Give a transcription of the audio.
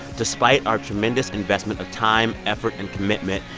despite our tremendous investment of time, effort and commitment,